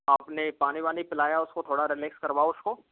अपने पानी वानी पिलाया उसको थोड़ा रिलेक्स करवाओ उसको